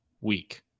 week